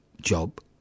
job